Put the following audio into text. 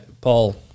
Paul